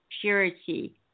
purity